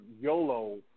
YOLO